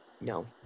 no